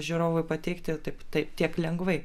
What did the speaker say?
žiūrovui pateikti taip taip tiek lengvai